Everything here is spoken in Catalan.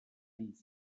nit